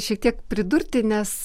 šiek tiek pridurti nes